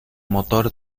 motor